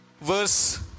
verse